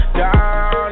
down